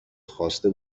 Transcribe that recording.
خواسته